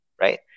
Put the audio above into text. right